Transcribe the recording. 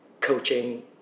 coaching